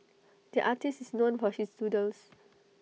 the artist is known for his doodles